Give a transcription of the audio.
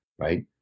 right